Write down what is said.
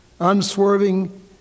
unswerving